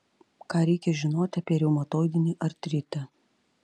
ką reikia žinoti apie reumatoidinį artritą